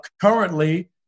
currently